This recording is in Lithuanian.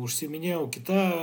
užsiiminėjau kita